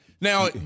Now